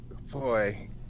Boy